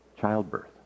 childbirth